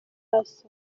asa